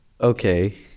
okay